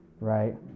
right